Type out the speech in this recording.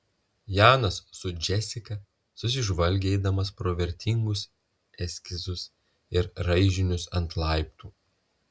janas su džesika susižvalgė eidami pro vertingus eskizus ir raižinius ant laiptų